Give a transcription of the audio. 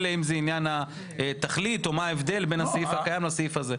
אם הם בעניין התכלית או מה ההבדל בין הסעיף הקיים לסעיף הזה.